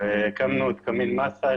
והקמנו את קמין מסה,